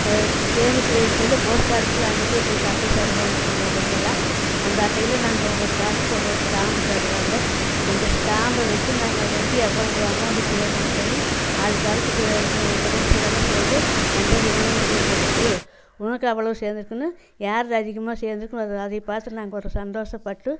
சேமித்து வைன்னு சொல்லி போஸ்ட் ஆஃபீஸில் அன்னைக்கே எங்களுக்கு அட்டையை தருவாங்க பிள்ளைகளுக்கெல்லாம் அந்த அட்டையில் நாங்கள் ஒவ்வொரு காசுக்கு ஒவ்வொரு ஸ்டாம்பு தருவாங்க அந்த ஸ்டாம்பை வச்சு நாங்கள் அதில் ஒட்டி எவ்வளவு அமவுண்டு சேரும்னு சொல்லி ஆளுக்கு ஆளுக்கு இது ஃப்ரெண்ட்ஸுகள் எல்லாம் சேர்ந்து என்கிட்ட இவ்வளவு சேந்திருக்குது உனக்கு அவ்வளோ சேந்திருக்குன்னு யார்க்கு அதிகமாக சேந்திருக்குமோ அதை பார்த்து நாங்கள் ஒரு சந்தோஷப்பட்டு